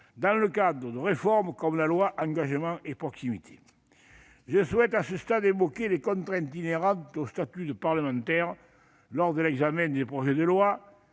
dans le cadre de réformes telles que la loi Engagement et proximité. Je souhaite à ce stade évoquer les contraintes inhérentes au statut de parlementaire lors de l'examen des projets de loi,